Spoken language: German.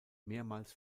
mehrmals